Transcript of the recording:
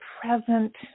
present